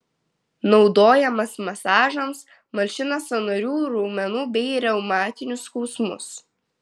naudojamas masažams malšina sąnarių raumenų bei reumatinius skausmus